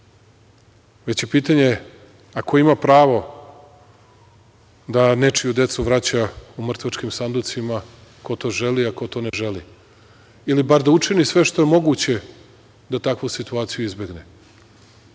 već je pitanje - a ko ima pravo da nečiju decu vraća u mrtvačkim sanducima, ko to želi a ko to ne želi? Ili bar da učini sve što je moguće da takvu situaciju izbegne. Ono